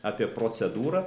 apie procedūrą